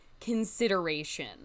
consideration